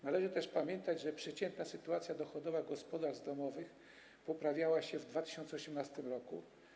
Należy też pamiętać, że przeciętna sytuacja dochodowa gospodarstw domowych poprawiała się w 2018 r.